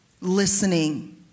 listening